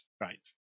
right